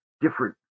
different